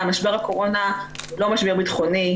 הקורונה, משבר הקורונה הוא לא משבר ביטחוני.